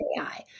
AI